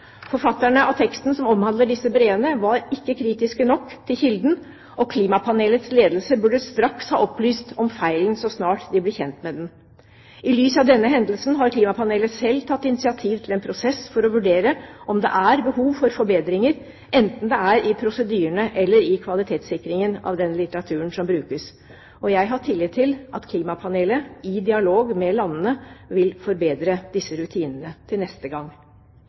Forfatterne av teksten som omhandler disse breene, var ikke kritiske nok til kilden, og klimapanelets ledelse burde ha opplyst om feilen så snart de ble kjent med den. I lys av denne hendelsen har klimapanelet selv tatt initiativ til en prosess for å vurdere om det er behov for forbedringer, enten det er i prosedyrene eller i kvalitetssikringen av den litteraturen som brukes. Jeg har tillit til at klimapanelet i dialog med landene vil forbedre disse rutinene til neste gang.